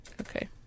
Okay